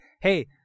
hey-